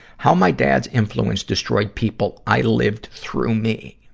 how my dad's influence destroyed people, i lived through me.